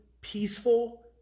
peaceful